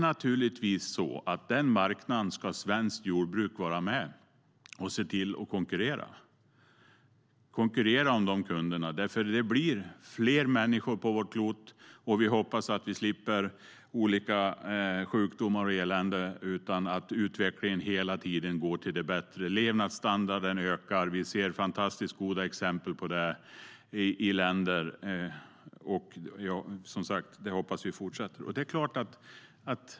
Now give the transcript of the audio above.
På den marknaden ska svenskt jordbruk naturligtvis vara med och konkurrera om kunderna. Det blir fler människor på vårt klot, och vi hoppas att vi slipper olika sjukdomar och elände och att utvecklingen hela tiden går framåt. Levnadsstandarden ökar, och vi ser fantastiskt goda exempel på det i olika länder.